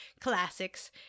classics